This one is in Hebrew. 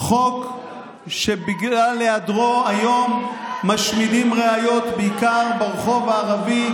חוק שבגלל היעדרו היום משמידים ראיות בעיקר ברחוב הערבי,